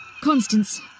Constance